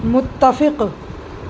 متفق